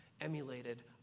emulated